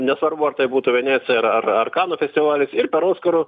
nesvarbu ar tai būtų venecija ir ar ar kanų festivalis ir per oskarų